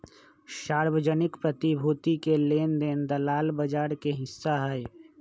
सार्वजनिक प्रतिभूति के लेन देन दलाल बजार के हिस्सा हई